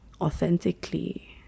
authentically